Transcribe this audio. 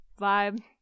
vibe